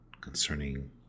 concerning